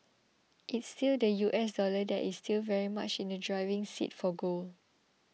it's still the U S dollar that is still very much in the driving seat for gold